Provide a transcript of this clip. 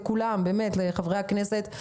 לחברי הכנסת,